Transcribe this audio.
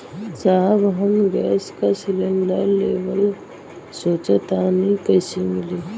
साहब हम गैस का कनेक्सन लेवल सोंचतानी कइसे मिली?